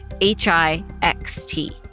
H-I-X-T